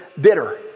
bitter